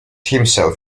himself